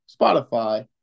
Spotify